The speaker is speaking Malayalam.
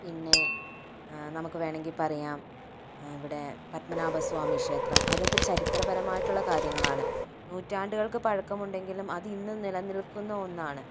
പിന്നെ നമുക്ക് വേണമെങ്കിൽ പറയാം ഇവിടെ പദ്മനാഭസ്വാമി ക്ഷേത്രം അതൊക്കെ ചരിത്രപരമായിട്ടുള്ള കാര്യങ്ങളാണ് നൂറ്റാണ്ടുകൾക്ക് പഴക്കമുണ്ടെങ്കിലും അത് ഇന്നും നിലനിൽക്കുന്ന ഒന്നാണ്